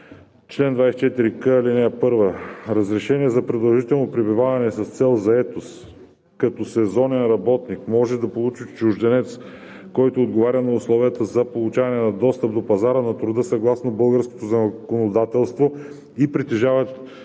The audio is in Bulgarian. „Чл. 24к. (1) Разрешение за продължително пребиваване с цел заетост като сезонен работник може да получи чужденец, който отговаря на условията за получаване на достъп до пазара на труда съгласно българското законодателство и притежава